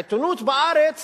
העיתונות בארץ